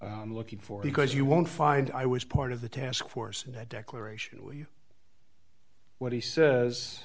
i'm looking for because you won't find i was part of the task force in that declaration where you what he says